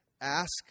ask